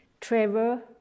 travel